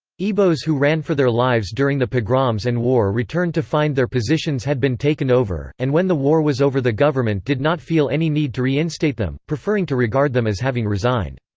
igbos who ran for their lives during the pogroms and war returned to find their positions had been taken over and when the war was over the government did not feel any need to re-instate them, preferring to regard them as having resigned.